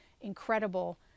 incredible